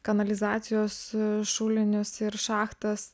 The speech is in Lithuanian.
kanalizacijos šulinius ir šachtas